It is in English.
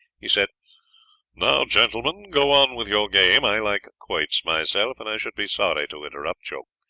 he said now gentlemen, go on with your game. i like quoits myself and i should be sorry to interrupt you.